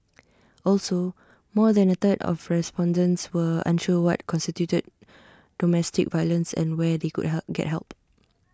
also more than A third of respondents were unsure what constituted domestic violence and where they could help get help